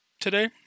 today